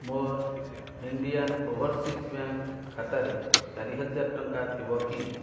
ମୋର Indian overseas bank ଖାତାରେ ଚାରିହଜାର ଟଙ୍କା ଥିବ କି